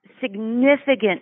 significant